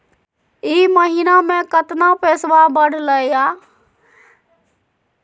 ई महीना मे कतना पैसवा बढ़लेया?